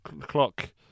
clock